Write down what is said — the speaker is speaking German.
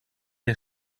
der